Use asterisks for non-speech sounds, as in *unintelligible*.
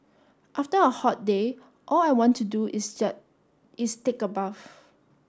after a hot day all I want to do is *unintelligible* is take a bath